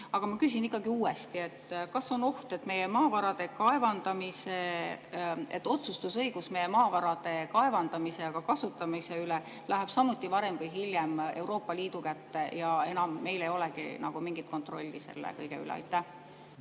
aga ma küsin ikkagi uuesti. Kas on oht, et õigus otsustada meie maavarade kaevandamise ja kasutamise üle läheb samuti varem või hiljem Euroopa Liidu kätte ja enam meil ei olegi nagu mingit kontrolli selle kõige üle? Aitäh,